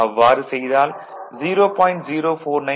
அவ்வாறு செய்தால் 0